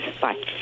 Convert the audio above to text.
Bye